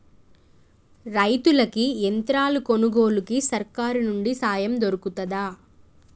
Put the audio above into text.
రైతులకి యంత్రాలు కొనుగోలుకు సర్కారు నుండి సాయం దొరుకుతదా?